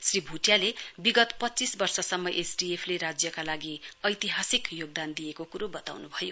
श्री भुटियाले विगत पञ्चीस वर्षसम्म एसडीएफ ले राज्यका लागि ऐतिहासिक योगदान दिएको कुरो वताउनुभयो